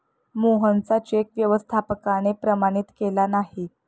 मोहनचा चेक व्यवस्थापकाने प्रमाणित केला नाही